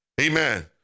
Amen